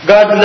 God